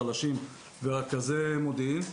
בלשים ורכזי מודיעין,